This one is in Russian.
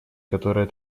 которая